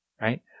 Right